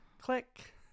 Click